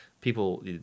people